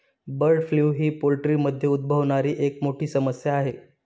bird flu ही पोल्ट्रीमध्ये उद्भवणारी एक मोठी समस्या आहे